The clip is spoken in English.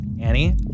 Annie